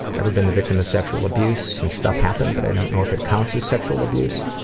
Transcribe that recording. ever been the victim of sexual abuse? some stuff happened but i don't know if it counts as sexual abuse.